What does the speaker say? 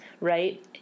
right